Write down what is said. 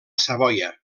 savoia